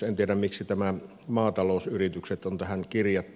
en tiedä miksi maatalousyritykset on tähän kirjattu